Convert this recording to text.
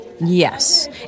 Yes